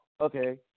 okay